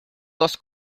dos